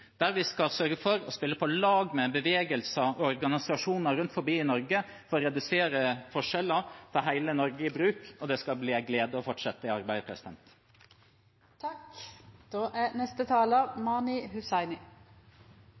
der vi skal sørge for å spille på lag med bevegelser og organisasjoner rundt omkring i Norge for å redusere forskjeller og ta hele Norge i bruk. Det skal bli en glede å fortsette det arbeidet. Å sørge for at alle barn lærer godt på skolen, er